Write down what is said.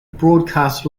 broadcast